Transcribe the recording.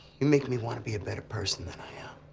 you make me want to be a better person than i am.